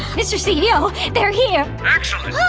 mr. ceo, they're here. excellent.